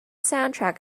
soundtrack